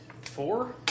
four